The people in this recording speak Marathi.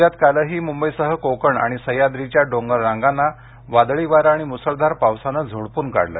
राज्यात कालही मुंबईसह कोकण आणि सह्याद्रीच्या डोंगररांगांना वादळी वारे आणि मुसळधार पावसानं झोडपून काढलं